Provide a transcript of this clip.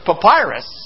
papyrus